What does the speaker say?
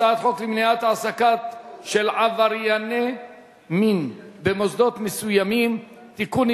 הצעת חוק למניעת העסקה של עברייני מין במוסדות מסוימים (תיקון,